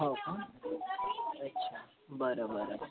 हो का अच्छा बरं बरं